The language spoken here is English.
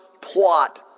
plot